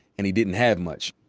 and he didn't have much.